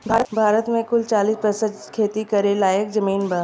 भारत मे कुल चालीस प्रतिशत खेती करे लायक जमीन बा